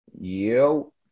Yo